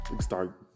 start